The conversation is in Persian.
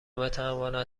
بتوانند